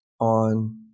on